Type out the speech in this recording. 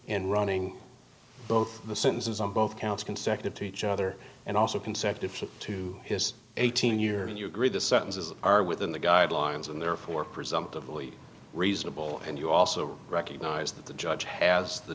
and running both the sentences on both counts consecutive to each other and also consecutive to his eighteen years and you agree the sentences are within the guidelines and therefore presumptively reasonable and you also recognize that the judge has the